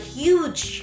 huge